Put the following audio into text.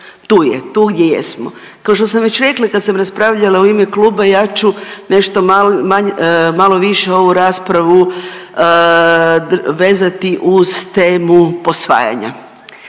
tu je, tu gdje jesmo. Kao što sam već rekla, kad sam raspravljala u ime kluba, ja ću nešto malo više ovu raspravu vezati uz temu posvajanja.